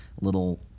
little